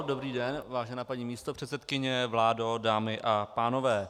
Dobrý den, vážená paní místopředsedkyně, vládo, dámy a pánové.